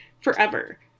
forever